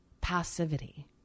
passivity